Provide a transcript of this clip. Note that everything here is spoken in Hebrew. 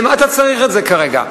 למה אתה צריך את זה כרגע?